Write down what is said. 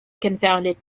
confounded